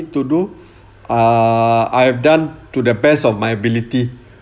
to do uh I have done to the best of my ability